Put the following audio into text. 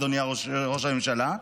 אדוני ראש הממשלה,